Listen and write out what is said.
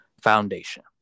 Foundation